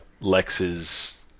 lex's